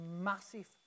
massive